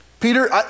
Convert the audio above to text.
Peter